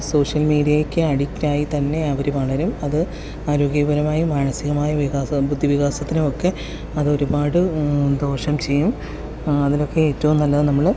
social മീഡിയയ്ക്ക് addict ആയി തന്നെ അവർ വളരും അത് ആരോഗ്യപരമായും മാനസികമായ വികാസം ബുദ്ധി വികാസത്തിനും ഒക്കെ അത് ഒരുപാട് ദോഷം ചെയ്യും അതിനൊക്കെ ഏറ്റവും നല്ലത് നമ്മൾ